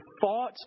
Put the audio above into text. thought